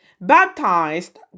baptized